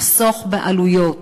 לחסוך בעלויות